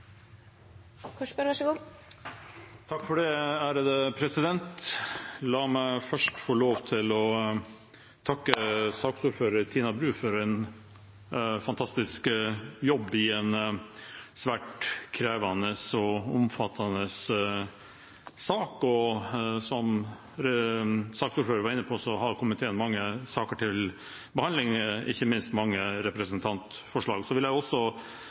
La meg først få lov til å takke saksordfører Tina Bru for en fantastisk jobb i en svært krevende og omfattende sak. Som saksordføreren var inne på, har komiteen mange saker til behandling – ikke minst mange representantforslag. Jeg vil også